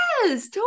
Yes